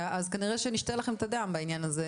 אז כנראה ש"נשתה לכם את הדם" בעניין הזה,